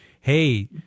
Hey